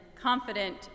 confident